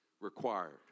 required